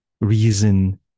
reason